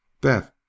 Beth